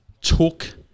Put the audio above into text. took